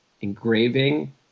engraving